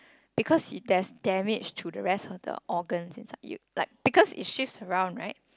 because you there's damage to the rest of the organs inside you like because it shifts around right